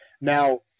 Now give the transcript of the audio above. now